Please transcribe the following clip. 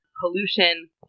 pollution